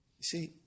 see